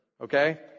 Okay